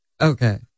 Okay